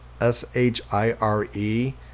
S-H-I-R-E